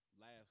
last